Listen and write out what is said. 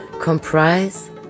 comprise